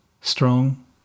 strong